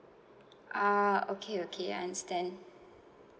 ah okay okay understand